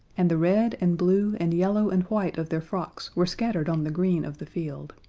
and the red and blue and yellow and white of their frocks were scattered on the green of the field.